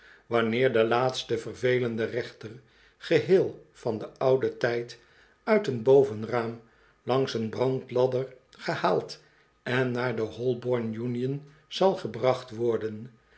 wanneer de laatste vervelende rechter geheel van den ouden tijd uit een bovenraam langs een brandladder gehaald en naar de holborn union zal gebracht worden